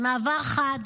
במעבר חד,